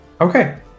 okay